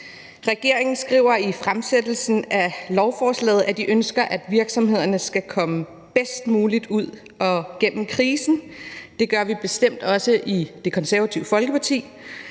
Regeringen skriver i fremsættelsen af lovforslaget, at de ønsker, at virksomhederne skal komme bedst muligt ud gennem krisen, og det gør vi bestemt også i Det Konservative Folkeparti.